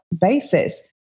basis